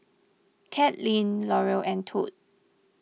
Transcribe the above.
Kathlene Laurel and Tod